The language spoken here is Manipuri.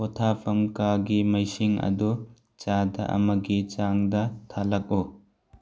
ꯄꯣꯊꯥꯐꯝ ꯀꯥꯒꯤ ꯃꯩꯁꯤꯡ ꯑꯗꯨ ꯆꯥꯗ ꯑꯃꯒꯤ ꯆꯥꯡꯗ ꯊꯥꯜꯂꯛꯎ